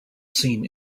seen